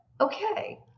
okay